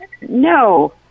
No